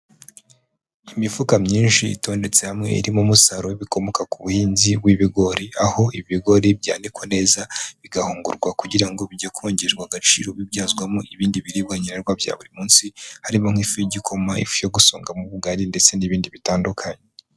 Imifuka myinshi itondetse hamwe irimo umusaruro w'ibikomoka ku buhinzi bw'ibigori, aho ibigori byanikwa neza bigahungurwa kugira ngo bijye kongerwa agaciro bibyazwamo ibindi biribwa nkenerwa bya buri munsi, harimo nk'ifu y'igikoma, ifu yo gusongamo ubugari ndetse n'ibindi bitandukanye.